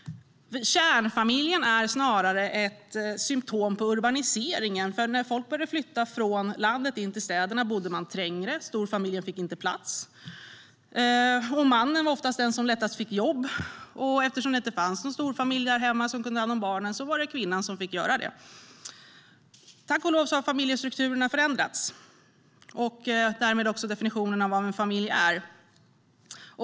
Kärnfamiljen är snarare ett symtom på urbaniseringen. När folk började flytta från landet in till städerna bodde man trängre, och storfamiljen fick inte plats. Mannen var oftast den som lättast fick jobb, och eftersom det inte fanns någon storfamilj där hemma som kunde ha hand om barnen var det kvinnan som fick göra det. Tack och lov har familjestrukturerna förändrats och därmed också definitionen av vad en familj är.